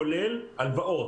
כולל הלוואות,